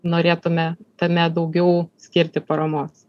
norėtume tame daugiau skirti paramos